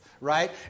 right